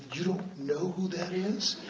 you don't know who that is?